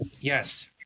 yes